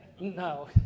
No